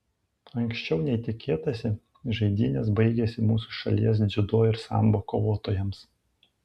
anksčiau nei tikėtasi žaidynės baigėsi mūsų šalies dziudo ir sambo kovotojams